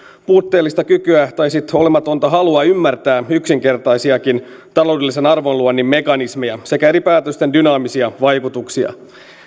puutteellista kykyä tai sitten olematonta halua ymmärtää yksinkertaisiakin taloudellisen arvonluonnin mekanismeja sekä eri päätösten dynaamisia vaikutuksia